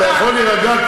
אתה יכול להירגע,